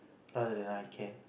rather I can